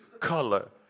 color